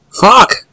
Fuck